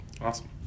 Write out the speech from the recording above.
Awesome